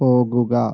പോകുക